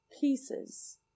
pieces